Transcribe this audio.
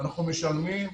ואנחנו משלמים,